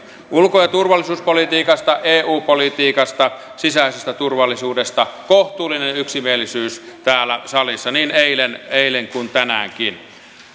ulko ja turvallisuuspolitiikasta eu politiikasta sisäisestä turvallisuudesta oli kohtuullinen yksimielisyys täällä salissa niin eilen eilen kuin tänäänkin